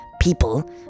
people